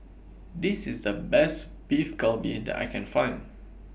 This IS The Best Beef Galbi that I Can Find